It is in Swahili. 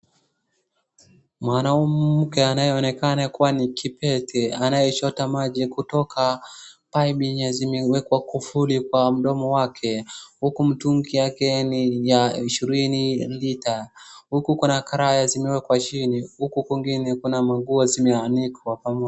Mwanamke anayeonekana kuwa ni kipete anayechota maji kutoka paipu yenye zimewekwa kufuli kwa mdomo wake. Huku mtungi yake ni ya ishirini lita huku kuna karai zimewekwa chini. Huku kwingine kuna manguo zimeanikwa pamoja.